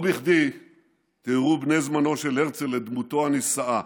לא בכדי תיארו בני זמנו של הרצל את דמותו הנישאה.